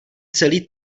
celý